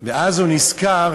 ואז הוא נזכר,